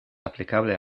aplicable